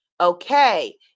Okay